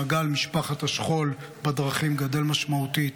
מעגל משפחת השכול בדרכים גדל משמעותית.